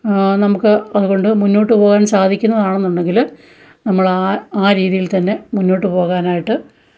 നമ്മള്ക്ക് അതുകൊണ്ട് മുന്നോട്ട് പോകാൻ സാധിക്കുന്നതാണെന്നുണ്ടെങ്കില് നമ്മളാ ആ രീതിയിൽ തന്നെ മുന്നോട്ട് പോകാനായിട്ട്